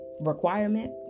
Requirement